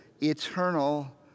Eternal